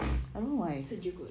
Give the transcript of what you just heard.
sejuk